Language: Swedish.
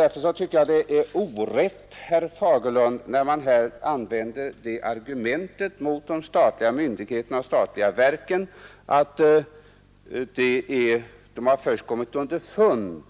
Därför tycker jag att det är orätt, herr Fagerlund, när man om de statliga myndigheterna och de statliga verken använder argumentet att de kommit underfund